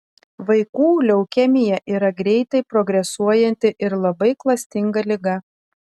vaikų leukemija yra greitai progresuojanti ir labai klastinga liga